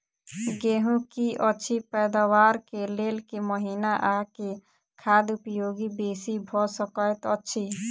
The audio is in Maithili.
गेंहूँ की अछि पैदावार केँ लेल केँ महीना आ केँ खाद उपयोगी बेसी भऽ सकैत अछि?